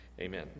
Amen